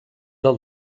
del